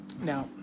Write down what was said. Now